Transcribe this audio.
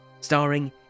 starring